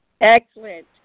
Excellent